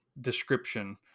description